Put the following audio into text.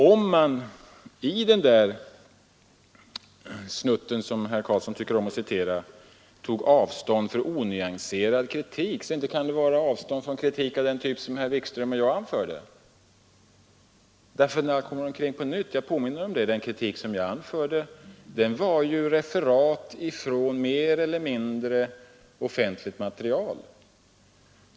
Om man vidare i den snutt som herr Carlsson tycker om att citera tog avstånd från onyanserad kritik, kan det inte avse den typ av kritik som herr Wikström och jag anförde. När allt kommer omkring var den kritik jag anförde — jag återkommer till det på nytt — referat från mer eller mindre offentligt material.